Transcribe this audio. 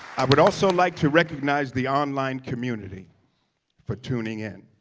i would also like to recognize the online community for tuning in.